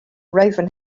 raven